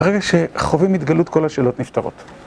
ברגע שחווים התגלות כל השאלות נפתרות.